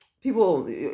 people